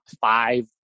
five